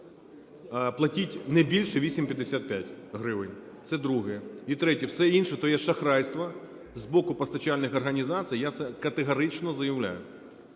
Платіть не більше 8,55 гривень – це друге. І третє. Все інше – то є шахрайство з боку постачальних організацій. Я це категорично заявляю.